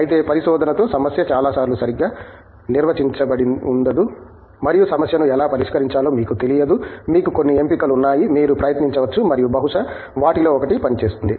అయితే పరిశోధనతో సమస్య చాలాసార్లు సరిగ్గా నిర్వచించడిఉండదు మరియు సమస్యను ఎలా పరిష్కరించాలో మీకు తెలియదు మీకు కొన్ని ఎంపికలు ఉన్నాయి మీరు ప్రయత్నించవచ్చు మరియు బహుశా వాటిలో ఒకటి పని చేస్తుంది